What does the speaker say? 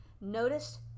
Notice